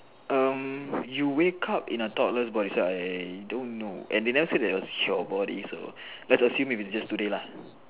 um you wake up in a toddler's body so I don't know and they never say that is a short body so let's assume it is today lah